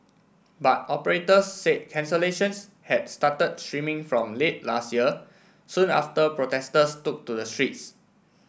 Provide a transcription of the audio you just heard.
but operators said cancellations had started streaming from late last year soon after protesters took to the streets